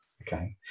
Okay